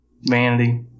Vanity